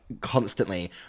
constantly